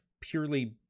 purely